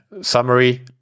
summary